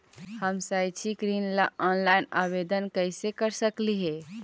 हम शैक्षिक ऋण ला ऑनलाइन आवेदन कैसे कर सकली हे?